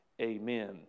amen